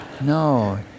no